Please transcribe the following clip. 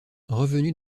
revenu